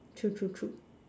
true true true